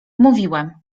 mówiłem